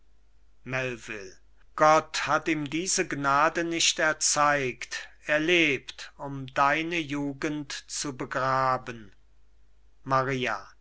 gott hat ihm diese gnade nicht erzeigt er lebt um deine jugend zu begraben maria